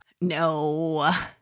no